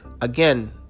again